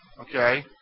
okay